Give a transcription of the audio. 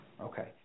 Okay